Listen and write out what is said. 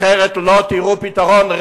אחרת לא תראו פתרון,